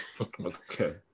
Okay